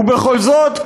ובכל זאת,